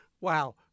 Wow